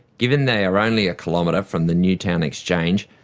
given they are only a kilometre from the newtown exchange,